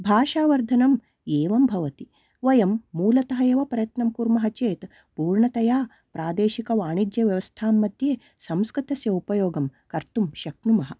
भाषावर्धनम् एवं भवति वयं मूलतः एव प्रयत्नं कुर्मः चेत् पूर्णतया प्रादेशिकवाणिज्यव्यवस्था मध्ये संस्कृतस्य उपयोगं कर्तुं शक्नुमः